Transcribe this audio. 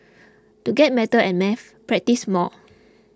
to get matter at maths practise more